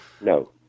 No